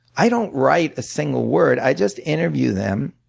i don't write a single word i just interview them,